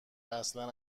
اصلا